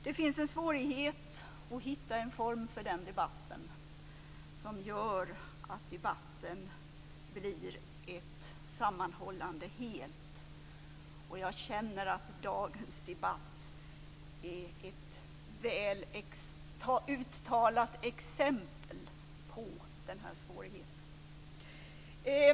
Det finns en svårighet i att hitta en form för den debatten som gör att debatten blir ett sammanhållande helt. Jag känner att dagens debatt är ett väl uttalat exempel på den svårigheten.